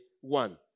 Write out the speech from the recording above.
one